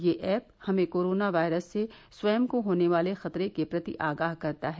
यह ऐप हमें कोरोना वायरस से स्वयं को होने वाले खतरे के प्रति आगाह करता है